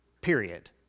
period